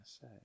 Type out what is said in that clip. say